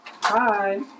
Hi